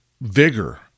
vigor